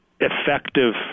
effective